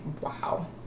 Wow